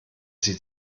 sie